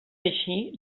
així